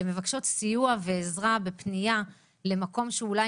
הן מבקשות סיוע ועזרה בפניה למקום שהוא אולי